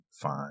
fine